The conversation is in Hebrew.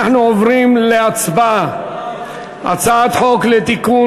אנחנו עוברים להצבעה על הצעת חוק לתיקון